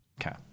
Okay